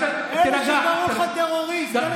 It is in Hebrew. אלה שקראו לך טרוריסט,